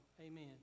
amen